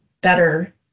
better